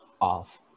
off